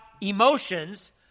emotions